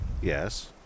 Yes